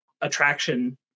attraction